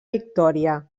victòria